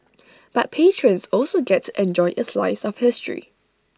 but patrons also get to enjoy A slice of history